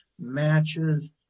matches